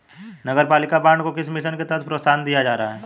नगरपालिका बॉन्ड को किस मिशन के तहत प्रोत्साहन दिया जा रहा है?